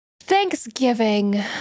Thanksgiving